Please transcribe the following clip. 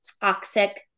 toxic